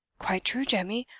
quite true, jemmy.